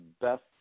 best